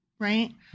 Right